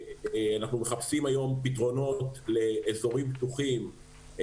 אנחנו מחפשים היום פתרונות לאזורים פתוחים,